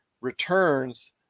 returns